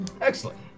Excellent